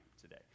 today